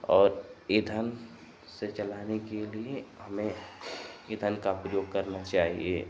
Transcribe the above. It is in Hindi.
और ईंधन से चलाने के लिए हमें ईंधन का प्रयोग करना चाहिए